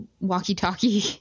walkie-talkie